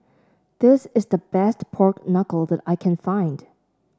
this is the best Pork Knuckle that I can find